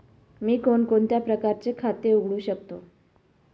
मी कोणकोणत्या प्रकारचे खाते उघडू शकतो?